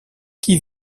qui